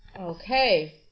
Okay